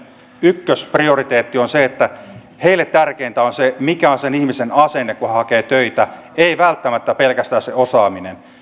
ykkösprioriteetti on se heille tärkeintä on se mikä se ihmisen asenne on kun hän hakee töitä ei välttämättä pelkästään se osaaminen